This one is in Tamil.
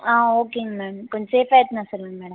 ஆ ஓகேங்க மேம் கொஞ்சம் சேஃபாக எடுத்துன்னு வர சொல்லுங்கள் மேடம்